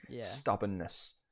stubbornness